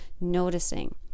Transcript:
noticing